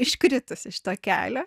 iškritus iš to kelio